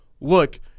look